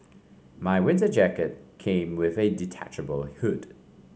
my winter jacket came with a detachable hood